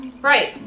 Right